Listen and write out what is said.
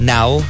Now